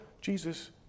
Jesus